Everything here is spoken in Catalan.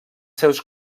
seus